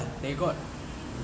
they got